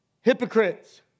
Hypocrites